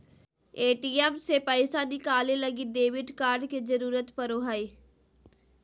ATM से पैसा निकाले लगी डेबिट कार्ड के जरूरत पड़ो हय